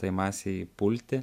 tai masei pulti